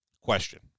question